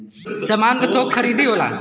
सामान क थोक खरीदी होला